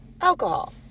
alcohol